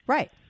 Right